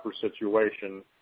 situation